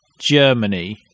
Germany